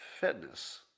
fitness